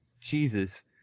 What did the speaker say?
Jesus